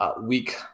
week